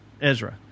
Ezra